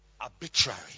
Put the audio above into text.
arbitrary